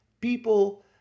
people